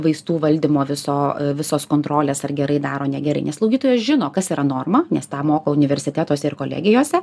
vaistų valdymo viso visos kontrolės ar gerai daro negerai nes slaugytojas žino kas yra norma nes tą moko universitetuose ir kolegijose